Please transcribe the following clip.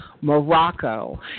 Morocco